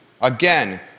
Again